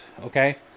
okay